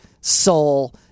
soul